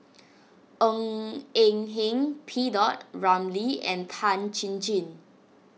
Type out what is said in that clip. Ng Eng Hen P Dot Ramlee and Tan Chin Chin